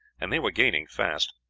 and they were gaining fast,